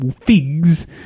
figs